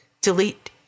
delete